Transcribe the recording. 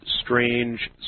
strange